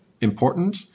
important